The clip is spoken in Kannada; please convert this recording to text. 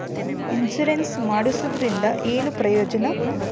ಇನ್ಸುರೆನ್ಸ್ ಮಾಡ್ಸೋದರಿಂದ ಏನು ಪ್ರಯೋಜನ?